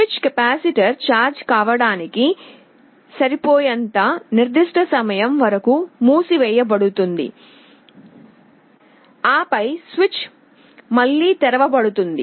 switch capacitor charge కావడానికి సరిపోయేంత నిర్దిష్ట సమయం వరకు మూసివేయబడుతుంది ఆపై స్విచ్ మళ్లీ తెరవబడుతుంది